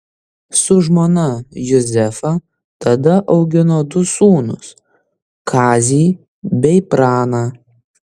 su žmona juzefa tada augino du sūnus kazį bei praną